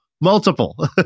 multiple